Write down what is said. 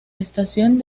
estación